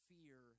Fear